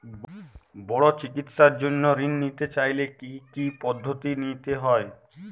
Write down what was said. বড় চিকিৎসার জন্য ঋণ নিতে চাইলে কী কী পদ্ধতি নিতে হয়?